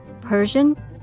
Persian